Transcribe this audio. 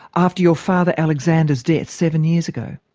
after your father alexander's death seven years ago.